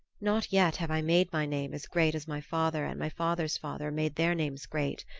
not yet have i made my name as great as my father and my father's father made their names great.